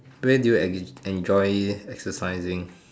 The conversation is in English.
where do you enjoy exercising